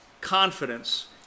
confidence